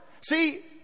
See